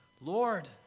Lord